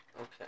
Okay